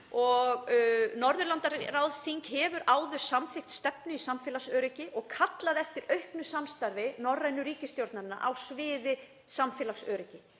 Og Norðurlandaráðsþing hefur áður samþykkt stefnu í samfélagsöryggi og kallað eftir auknu samstarfi norrænu ríkisstjórnanna á sviði samfélagsöryggis.